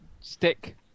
stick